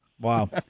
Wow